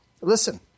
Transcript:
Listen